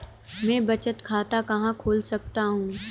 मैं बचत खाता कहाँ खोल सकता हूँ?